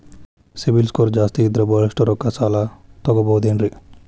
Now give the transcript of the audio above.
CIBIL score ಜಾಸ್ತಿ ಇದ್ರ ಬಹಳಷ್ಟು ರೊಕ್ಕ ಸಾಲ ತಗೋಬಹುದು ಏನ್ರಿ?